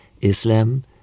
Islam